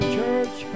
church